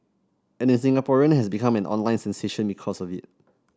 and the Singaporean has become an online sensation because of it